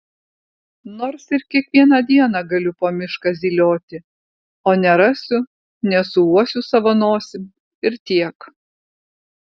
nors ir kiekvieną dieną galiu po mišką zylioti o nerasiu nesuuosiu savo nosim ir tiek